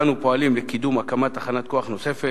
אנו פועלים לקידום הקמת תחנת כוח נוספת,